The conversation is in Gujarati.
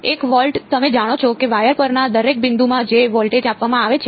1 વોલ્ટ તમે જાણો છો કે વાયર પરના દરેક બિંદુમાં જે વોલ્ટેજ આપવામાં આવે છે